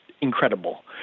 incredible